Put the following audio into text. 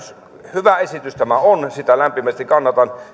hyvä esitys tämä on sitä lämpimästi kannatan